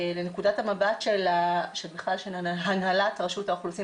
לנקודת המבט של הנהלת רשות האוכלוסין